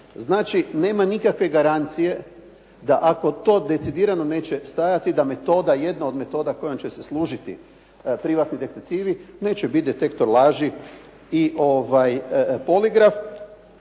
Znači nema nikakve garancije da ako to decidirano neće stajati da metoda, jedna od metoda kojom će se služiti privatni detektivi neće biti detektor laži i poligraf.